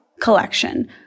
collection